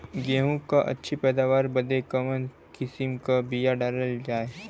गेहूँ क अच्छी पैदावार बदे कवन किसीम क बिया डाली जाये?